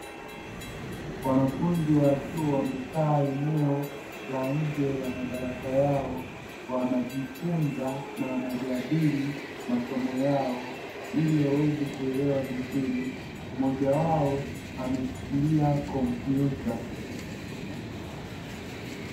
Wanafunzi wa chuo wamekaa eneo la nje ya madarasa yao wanajifunza na wanajadili masomo yao ili waweze kuelewa vizuri, mmoja wao ameshikilia kompyuta.